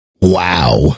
Wow